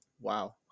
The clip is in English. wow